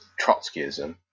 Trotskyism